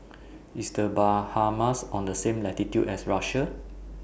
IS The Bahamas on The same latitude as Russia